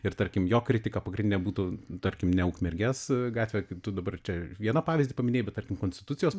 ir tarkim jo kritika pagrindinė būtų tarkim ne ukmergės gatvė kaip tu dabar čia vieną pavyzdį paminėjai bet tarkim konstitucijos